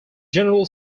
general